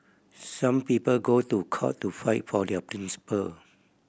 some people go to court to fight for their principle